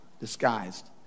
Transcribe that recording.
disguised